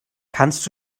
kannst